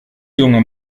junge